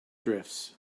drifts